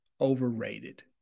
overrated